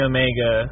Omega